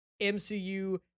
mcu